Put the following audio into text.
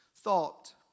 thought